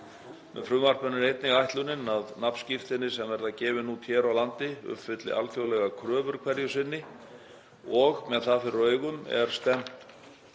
Með frumvarpinu er einnig ætlunin að nafnskírteini sem verða gefin út hér á landi uppfylli alþjóðlegar kröfur hverju sinni og með það fyrir augum er stefnt